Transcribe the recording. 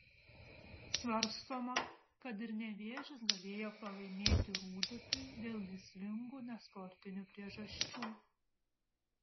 svarstoma kad ir nevėžis galėjo pralaimėti rūdupiui dėl mįslingų nesportinių priežasčių